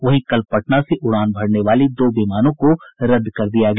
वहीं कल पटना से उड़ान भरने वाली दो विमानों को रद्द कर दिया गया